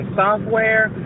software